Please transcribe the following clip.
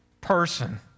person